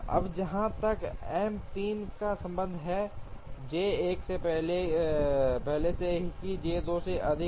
अब जहां तक एम 3 का संबंध है जे 1 पहले से ही जे 2 से अधिक है